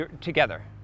together